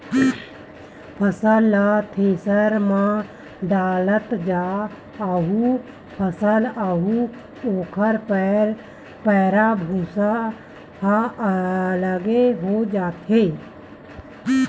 फसल ल थेरेसर म डालत जा अउ फसल अउ ओखर पैरा, भूसा ह अलगे हो जाथे न